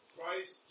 Christ